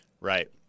Right